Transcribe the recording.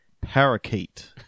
Parakeet